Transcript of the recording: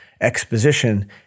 exposition